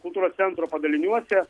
kultūros centro padaliniuose